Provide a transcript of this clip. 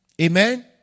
Amen